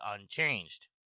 unchanged